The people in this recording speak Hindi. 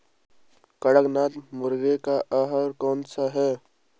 कड़कनाथ मुर्गे का आहार कौन सा है?